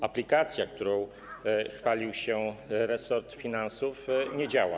Aplikacja, którą chwalił się resort finansów, nie działa.